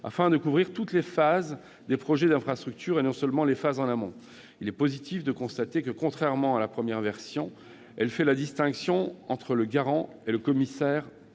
afin de couvrir toutes les phases des projets d'infrastructure et pas seulement celles en amont. Il est positif de constater que, contrairement à sa première version, cet amendement fait la distinction entre le garant et le commissaire